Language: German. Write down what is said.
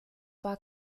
war